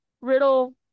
Riddle